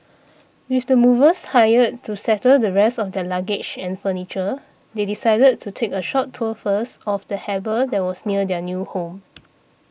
with the movers hired to settle the rest of their luggage and furniture they decided to take a short tour first of the harbour that was near their new home